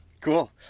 Cool